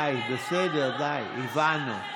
די, בסדר, הבנו.